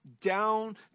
down